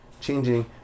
changing